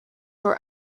were